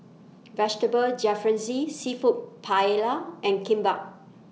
Vegetable Jalfrezi Seafood Paella and Kimbap